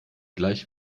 gleich